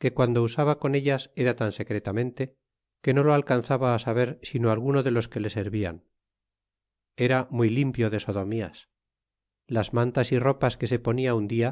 que guando usaba con ellas era tan secretamente que no lo alcanzaba á saber sino alguno de los que le servian era muy limpio de sodomías las mantas y ropas que se ponia un dia